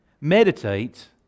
Meditate